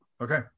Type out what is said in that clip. okay